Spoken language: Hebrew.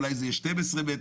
אולי זה יהיה 12 מטר,